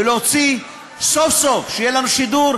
ולהוציא סוף-סוף,